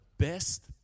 best